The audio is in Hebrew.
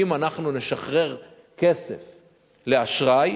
אם אנחנו נשחרר כסף לאשראי,